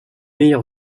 meilleur